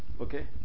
Okay